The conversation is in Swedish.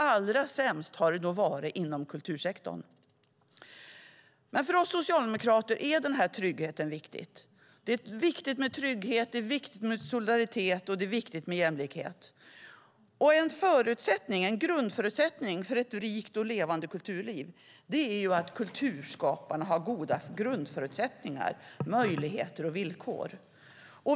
Allra sämst har det varit inom kultursektorn. För oss socialdemokrater är tryggheten viktig. Det är viktigt med trygghet. Det är viktigt med solidaritet. Det är viktigt med jämlikhet. En förutsättning för ett rikt och levande kulturliv är att kulturskaparna har goda grundförutsättningar, möjligheter och villkor.